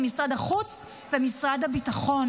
משרדים, משרד החוץ ומשרד הביטחון.